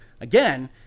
Again